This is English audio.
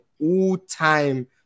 all-time